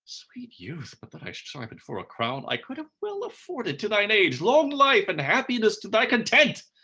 sweet youth, but that i strived for a crown, i could have well afforded to thine age long life, and happiness to thy content.